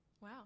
Wow